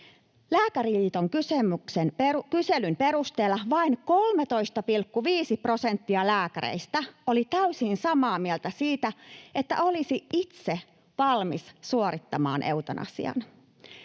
Lääkäriliiton kyselyn perusteella vain 13,5 prosenttia lääkäreistä oli täysin samaa mieltä siitä, että olisi itse valmis suorittamaan eutanasian.